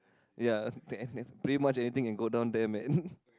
ya and then pretty much anything can go down there man